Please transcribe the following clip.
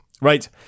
Right